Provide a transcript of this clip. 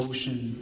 Ocean